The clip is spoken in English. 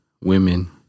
women